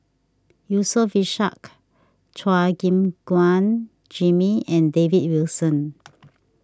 Yusof Ishak Chua Gim Guan Jimmy and David Wilson